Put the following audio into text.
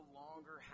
longer